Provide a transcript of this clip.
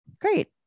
Great